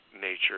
nature